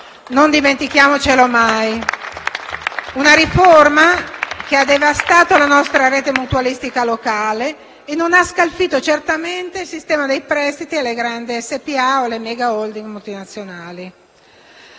Non dimentichiamolo mai. È stata una riforma che ha devastato la nostra rete mutualistica locale e non ha scalfito certamente il sistema dei prestiti alle grandi SpA o alle *mega holding* multinazionali.